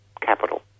capital